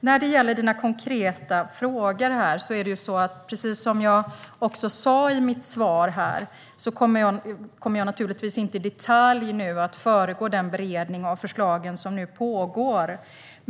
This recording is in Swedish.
När det gäller Lars-Axel Nordells konkreta frågor kommer jag inte i detalj att föregripa den beredning av förslagen som pågår.